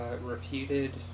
Refuted